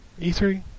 E3